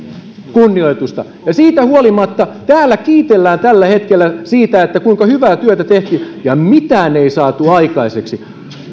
kunnioitusta siitä huolimatta täällä kiitellään tällä hetkellä siitä kuinka hyvää työtä tehtiin mitään ei saatu aikaiseksi